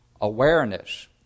awareness